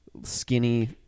skinny